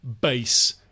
base